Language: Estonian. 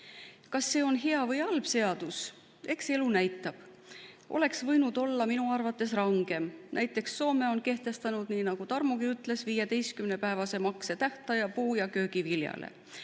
Kas see on hea või halb seadus, eks elu näitab. Oleks võinud minu arvates olla rangem. Näiteks Soome on kehtestanud, nii nagu Tarmogi ütles, 15‑päevase maksetähtaja puu‑ ja köögivilja